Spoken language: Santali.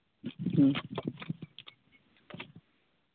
ᱦᱩᱸ